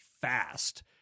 fast